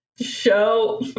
show